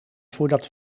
voordat